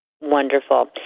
Wonderful